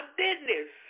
business